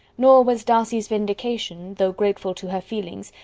nor was darcy's vindication, though grateful to her feelings,